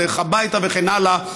בדרך הביתה וכן הלאה,